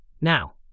Now